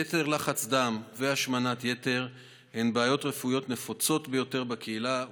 יתר לחץ דם והשמנת יתר הם בעיות רפואיות נפוצות ביותר בקהילה,